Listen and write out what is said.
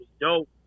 dope